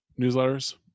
newsletters